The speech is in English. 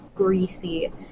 greasy